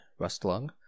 rustlung